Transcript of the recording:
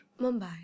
Mumbai